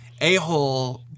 a-hole